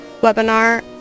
webinar